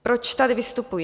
Proč tady vystupuji?